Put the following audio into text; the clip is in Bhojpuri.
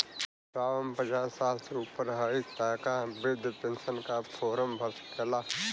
साहब हम पचास साल से ऊपर हई ताका हम बृध पेंसन का फोरम भर सकेला?